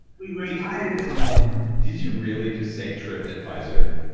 we rate higher than the waldorf did you really just say trip advisor?